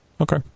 Okay